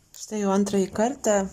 štai jau antrąjį kartą